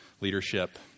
leadership